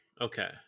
Okay